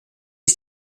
ist